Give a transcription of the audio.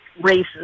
races